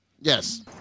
Yes